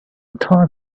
thought